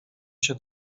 się